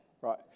right